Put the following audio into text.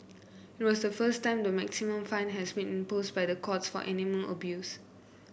it was the first time the maximum fine had been imposed by the courts for animal abuse